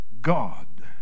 God